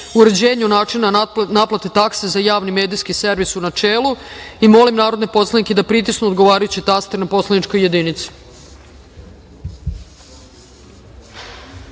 uređenju načina naplate takse za javni medijski servis u načelu. Molim narodne poslanike da pritisnu odgovarajući taster na poslaničkoj